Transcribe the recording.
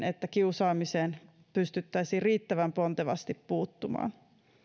että kiusaamiseen pystyttäisiin riittävän pontevasti puuttumaan